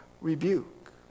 rebuke